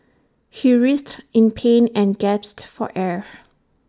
he writhed in pain and gasped for air